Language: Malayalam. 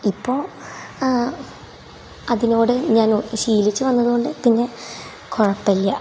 ഇപ്പോൾ അതിനോട് ഞാൻ ശീലിച്ച് വന്നതുകൊണ്ട് പിന്നെ കുഴപ്പമില്ല